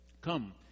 Come